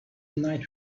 night